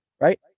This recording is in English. right